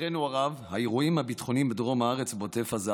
לצערנו הרב האירועים הביטחוניים בדרום הארץ בעוטף עזה